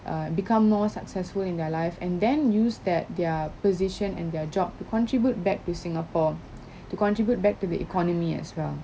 uh become more successful in their life and then use that their position and their job to contribute back to singapore to contribute back to the economy as well